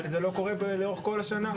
וזה לא קורה לאורך כל השנה.